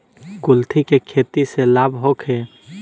कुलथी के खेती से लाभ होखे?